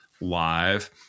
live